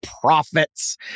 profits